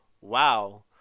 wow